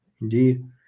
Indeed